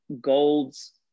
gold's